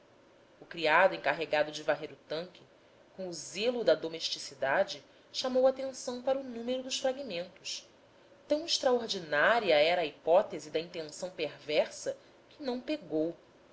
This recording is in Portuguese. criado encarregado de varrer o tanque com o zelo da domesticidade chamou atenção para o número dos fragmentos tão extraordinária era a hipótese da intenção perversa que não pegou